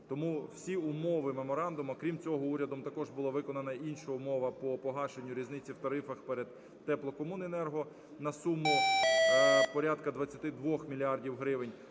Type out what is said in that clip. Тому всі умови меморандуму… Крім цього, урядом була виконана інша умова по погашенню різниці в тарифах перед теплокомуненерго на суму порядка 22 мільярдів